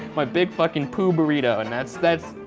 my big fuckin' poo burrito and that's, that's,